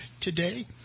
today